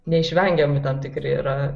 neišvengiami tam tikri yra